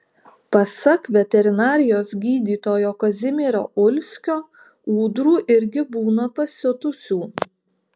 pasak veterinarijos gydytojo kazimiero ulskio ūdrų irgi būna pasiutusių